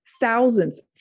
thousands